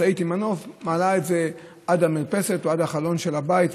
משאית עם מנוף מעלה את זה עד המרפסת או עד החלון של הבית,